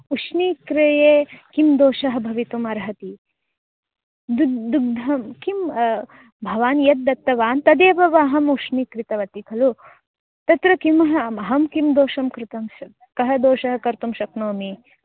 उष्णीकृते किं दोषः भवितुमर्हति दुग् दुग्धं किं भवान् यद् दत्तवान् तदेव वा अहम् उष्णीकृतवती खलु तत्र किम् अहं किं दोषं कृतं स्या कं दोषं कर्तुं शक्नोमि